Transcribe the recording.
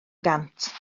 gant